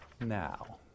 Now